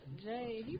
Jay